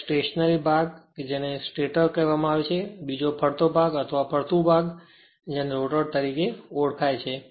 1 એ સ્ટેશનરી ભાગ છે જેને સ્ટેટર કહેવામાં આવે છે બીજો ફરતું ભાગ અથવા ફરતું ભાગ છે તેને રોટર તરીકે ઓળખાય છે